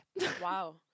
Wow